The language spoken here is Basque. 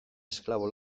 esklabo